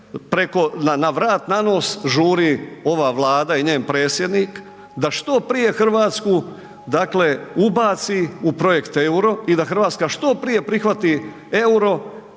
na vrat na nos žuri ova Vlada i njen predsjednik da što prije Hrvatsku ubaci u projekt euro i da Hrvatska što prije prihvati euro,